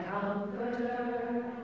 Comforter